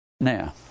now